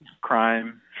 crime